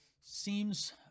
seems